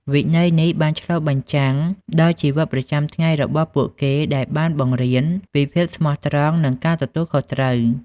វិន័យនេះបានឆ្លុះបញ្ចាំងដល់ជីវិតប្រចាំថ្ងៃរបស់ពួកគេដែលបានបង្រៀនពីភាពស្មោះត្រង់និងការទទួលខុសត្រូវ។